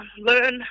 learn